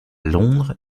londres